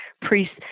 priests